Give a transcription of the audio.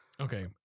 Okay